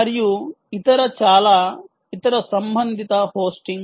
మరియు చాలా ఇతర సంబంధిత హోస్టింగ్